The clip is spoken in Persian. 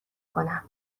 کنم